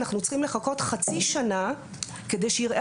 אנחנו צריכים לחכות חצי שנה כדי שיראה